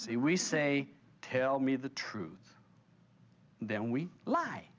say we say tell me the truth then we lie